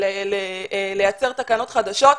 לייצר תקנות חדשות,